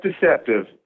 deceptive